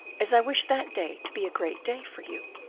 as i wish that day to be a great day for you.